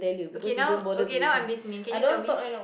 okay now okay now I'm listening can you tell me